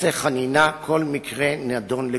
בנושא חנינה כל מקרה נדון לגופו.